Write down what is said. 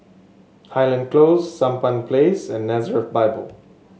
Highland Close Sampan Place and Nazareth Bible